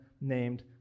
named